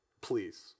please